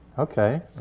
okay.